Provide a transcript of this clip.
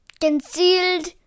Concealed